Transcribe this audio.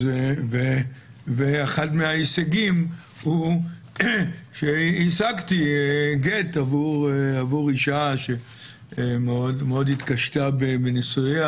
ואחד מההישגים היה שהשגתי גט עבור אישה שמאוד התקשתה בנישואיה.